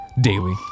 daily